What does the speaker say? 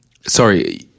Sorry